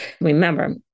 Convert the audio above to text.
remember